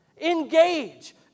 Engage